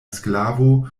sklavo